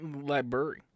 Library